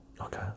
okay